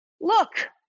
look